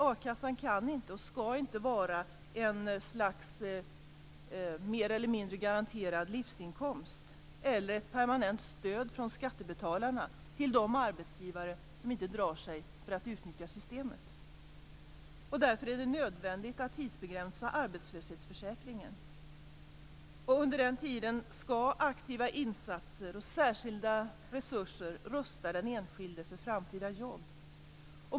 A-kassan kan inte och skall inte vara ett slags mer eller mindre garanterad livsinkomst eller ett permanent stöd från skattebetalarna till de arbetsgivare som inte drar sig för att utnyttja systemet. Därför är det nödvändigt att tidsbegränsa arbetslöshetsförsäkringen. Under den tiden skall aktiva insatser och särskilda resurser rusta den enskilde för framtida jobb.